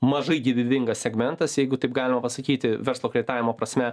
mažai gyvybingas segmentas jeigu taip galima pasakyti verslo kreditavimo prasme